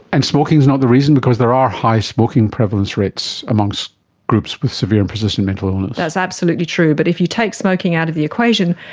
and smoking is not the reason? because there are high smoking prevalence rates amongst groups with severe and persistent mental illness. that's absolutely true, but if you take smoking out of the equation,